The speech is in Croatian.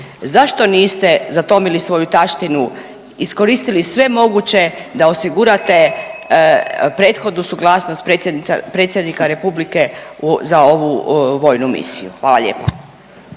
Zašto niste zatomili svoju taštinu, iskoristili sve moguće da osigurate prethodnu suglasnost Predsjednika Republike za ovu vojnu misiju? Hvala lijepa.